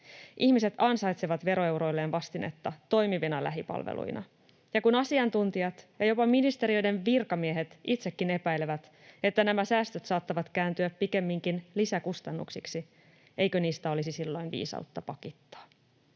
Ihmiset ansaitsevat veroeuroilleen vastinetta toimivina lähipalveluina. Kun asiantuntijat ja jopa ministeriöiden virkamiehet itsekin epäilevät, että nämä säästöt saattavat kääntyä pikemminkin lisäkustannuksiksi, eikö niistä olisi silloin viisautta pakittaa?